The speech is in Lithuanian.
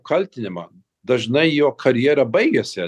kaltinimą dažnai jo karjera baigiasi